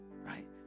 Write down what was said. right